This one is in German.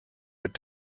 wird